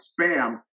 spam